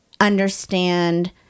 understand